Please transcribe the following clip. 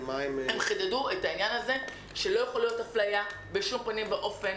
הם חידדו שלא יכולה להיות אפליה בשום פנים ואופן.